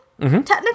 technically